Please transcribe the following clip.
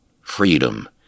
freedom